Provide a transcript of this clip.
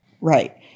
Right